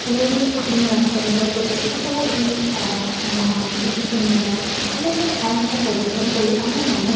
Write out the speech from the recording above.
পুৰণি আহোম ৰাজন্ত্ৰৰ প্ৰতিষ্ঠা কৰা যি সম কীৰ্তিচিহ্ন বা অন্যান্য ঠাইসমূহ পৰ্যটন কৰোঁ আমাৰ মনত